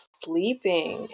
sleeping